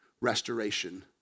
restoration